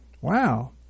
Wow